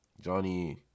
Johnny